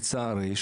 לצערי,